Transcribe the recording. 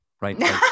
right